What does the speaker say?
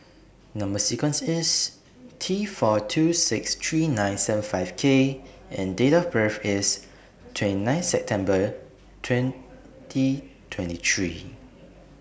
Number sequence IS T four two six three nine seven five K and Date of birth IS twenty nine September twenty twenty three